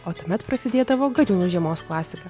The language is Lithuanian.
o tuomet prasidėdavo gariūnų žiemos klasika